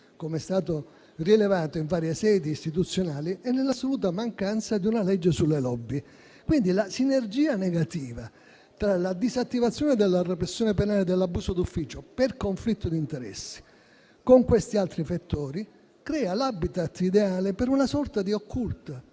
com'è stato rilevato in varie sedi istituzionali - e all'assoluta mancanza di una legge sulle *lobby*. La sinergia negativa tra la disattivazione della repressione penale dell'abuso d'ufficio per conflitto di interessi e questi altri fattori crea quindi l'*habitat* ideale per una sorta di occulta